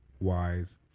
wise